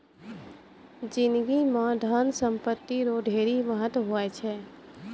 जिनगी म धन संपत्ति रो ढेरी महत्व हुवै छै